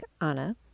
Anna